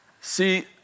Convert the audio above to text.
See